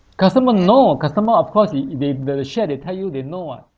customer know customer of course if they the share they tell you they know [what]